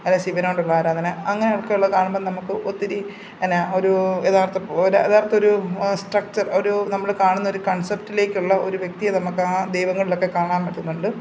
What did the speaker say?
അല്ല ശിവനോടുള്ള ആരാധന അങ്ങനെയൊക്കെയുള്ളത് കാണുമ്പം നമുക്ക് ഒത്തിരി പിന്നെ ഒരു യഥാർത്ത ഒരു യഥാർത്ത ഒരു സ്ട്രക്ച്ചർ ഒരു നമ്മൾ കാണുന്ന ഒരു കൺസെപ്റ്റിലേക്കുള്ള ഒരു വ്യക്തിയെ നമുക്ക് ആ ദൈവങ്ങളിലൊക്കെ കാണാൻ പറ്റുന്നുണ്ട്